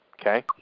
Okay